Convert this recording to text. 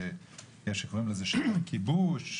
שיש שקוראים לזה כיבוש,